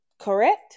correct